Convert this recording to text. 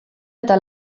eta